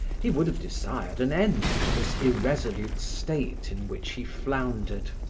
he would have desired an end to this irresolute state in which he floundered.